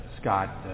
Scott